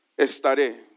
estaré